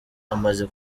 amaze